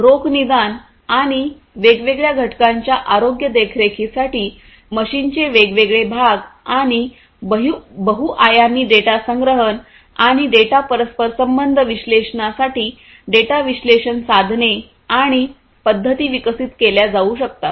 तर रोगनिदान आणि वेगवेगळ्या घटकांच्या आरोग्य देखरेखीसाठी मशीनचे वेगवेगळे भाग आणि बहु आयामी डेटा संग्रहण आणि डेटा परस्परसंबंध विश्लेषणासाठी डेटा विश्लेषण साधने आणि पद्धती विकसित केल्या जाऊ शकतात